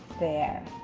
there